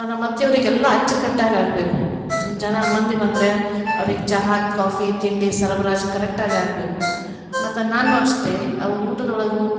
ನಮ್ಮ ಅತ್ತೆಯವರಿಗೆಲ್ಲ ಅಚ್ಚುಕಟ್ಟಾಗಿ ಆಗಬೇಕು ಚ ಜನ ಮಂದಿ ಬಂದರೆ ಅವ್ರಿಗೆ ಚಹಾ ಕಾಫಿ ತಿಂಡಿ ಸರಬರಾಜು ಕರೆಕ್ಟಾಗಾಗಬೇಕು ಮತ್ತು ನಾನು ಅಷ್ಟೇ ಅವು ಊಟದೊಳಗೂ